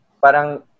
parang